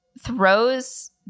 throws